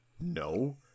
no